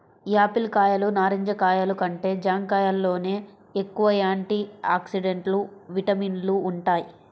Apple కాయలు, నారింజ కాయలు కంటే జాంకాయల్లోనే ఎక్కువ యాంటీ ఆక్సిడెంట్లు, విటమిన్లు వుంటయ్